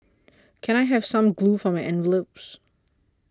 can I have some glue for my envelopes